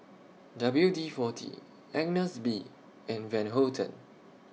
W D forty Agnes B and Van Houten